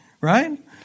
right